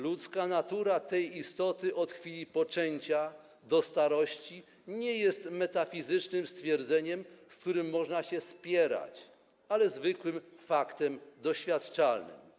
Ludzka natura tej istoty od chwili poczęcia do starości nie jest metafizycznym twierdzeniem, z którym można się spierać, ale zwykłym faktem doświadczalnym.